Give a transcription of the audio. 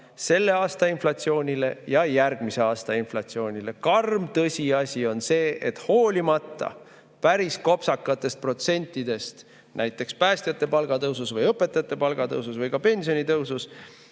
selle aasta inflatsioonile ja järgmise aasta inflatsioonile. Karm tõsiasi on see, et hoolimata päris kopsakatest protsentidest näiteks päästjate palga tõusus või õpetajate palga tõusus või pensionitõusus,